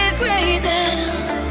crazy